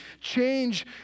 Change